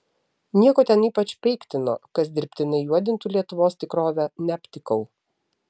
nieko ten ypač peiktino kas dirbtinai juodintų lietuvos tikrovę neaptikau